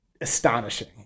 astonishing